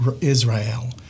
Israel